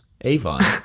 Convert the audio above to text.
Avon